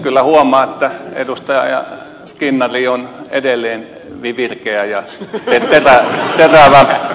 kyllä huomaa että edustaja skinnari on edelleen virkeä ja terävä